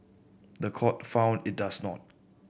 the court found it does not